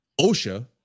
OSHA